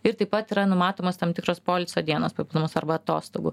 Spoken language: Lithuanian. ir taip pat yra numatomos tam tikros poilsio dienos planus arba atostogų